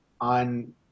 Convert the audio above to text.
on